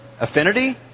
Affinity